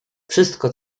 wszystko